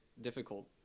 difficult